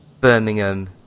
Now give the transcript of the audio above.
Birmingham